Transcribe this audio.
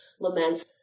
laments